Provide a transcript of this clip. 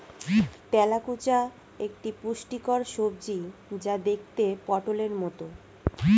তেলাকুচা একটি পুষ্টিকর সবজি যা দেখতে পটোলের মতো